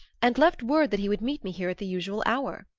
and left word that he would meet me here at the usual hour.